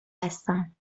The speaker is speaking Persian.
هستم